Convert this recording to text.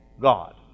God